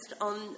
on